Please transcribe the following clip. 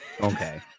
Okay